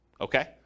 Okay